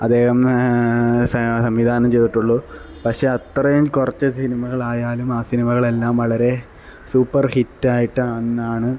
അദ്ദേഹം സംവിധാനം ചെയ്തിട്ടുള്ളൂ പക്ഷെ അത്രയും കുറച്ചു സിനിമകളായാലും ആ സിനിമകളെല്ലാം വളരെ സൂപ്പര് ഹിറ്റ് ആയിട്ടാന്നാണ്